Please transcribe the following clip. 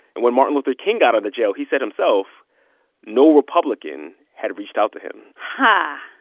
and when martin luther king got into jail, he said himself no republican had reached out to him huh.